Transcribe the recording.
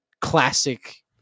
classic